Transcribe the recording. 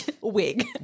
Wig